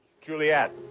Juliet